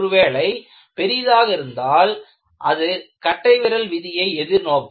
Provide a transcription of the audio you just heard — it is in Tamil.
ஒருவேளை பெரிதாக இருந்தால் அது கட்டைவிரல் விதியை எதிர்நோக்கும்